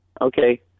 Okay